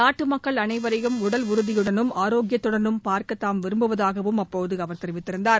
நாட்டு மக்கள் அனைவரையும் உடல் உறுதியுடனும் ஆரோக்கியத்துடனும் பார்க்க தாம் விரும்புவதாகவும் அப்போது அவர் கூறியிருந்தார்